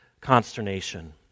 consternation